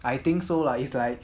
I think so lah it's like